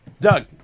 Doug